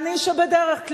שאני לא בורחת ממנה.